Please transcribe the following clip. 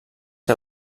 que